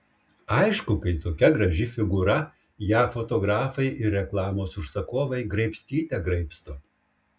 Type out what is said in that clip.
aišku kai tokia graži figūra ją fotografai ir reklamos užsakovai graibstyte graibsto